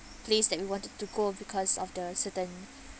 place that we wanted to go because of the certain